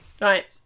Right